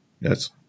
Yes